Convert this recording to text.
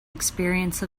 experience